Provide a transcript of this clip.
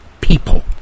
people